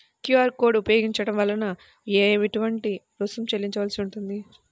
QR code ఉపయోగించటం వలన ఏటువంటి రుసుం చెల్లించవలసి ఉంటుంది?